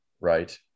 right